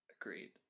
Agreed